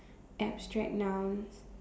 abstract nouns